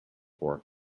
fork